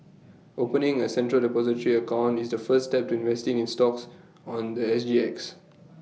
opening A central Depository account is the first step to investing in stocks on The S G X